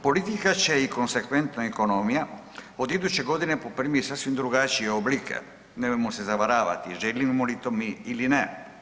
Politika će i konsekventna ekonomija od iduće godine poprimiti sasvim drugačije oblike, nemojmo se mi zavaravati željeli mi to ili ne.